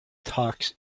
talks